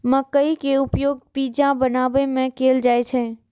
मकइ के उपयोग पिज्जा बनाबै मे कैल जाइ छै